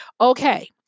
Okay